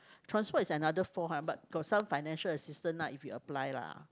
transport is another four hundred but got some financial assistance ah if you apply lah